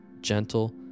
gentle